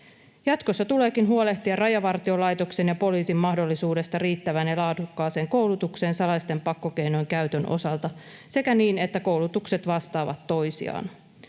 Jatkossa tuleekin huolehtia Rajavartiolaitoksen ja poliisin mahdollisuudesta riittävään ja laadukkaaseen koulutukseen salaisten pakkokeinojen käytön osalta sekä niin, että koulutukset vastaavat toisiaan.